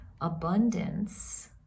abundance